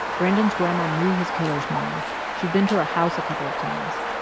brandon's grandma knew his killer's mom. she'd been to her house a couple of times.